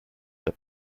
dip